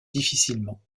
difficilement